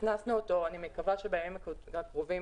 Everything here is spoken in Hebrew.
הכנסנו אותו אני מקווה שבימים הקרובים